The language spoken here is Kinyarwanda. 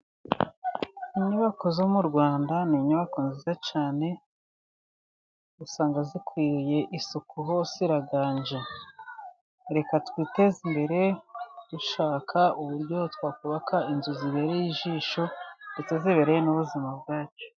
Inyubako zo mu Rwanda ni inyubako nziza cyane usanga zikwiriye isuku hose iraganje, reka twiteze imbere dushaka uburyo twakubaka inzu zibereye ijisho, ndetse zibereye n'ubuzima bwacu.